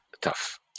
tough